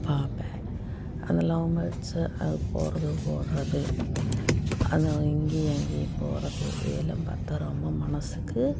பார்ப்பேன் அந்த love birds அது போகிறது போகாது அது இங்கேயும் அங்கேயும் போகிறது இது எல்லாம் பார்த்தா ரொம்ப மனதுக்கு